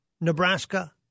Nebraska